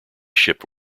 shipped